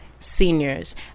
Seniors